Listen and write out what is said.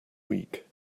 week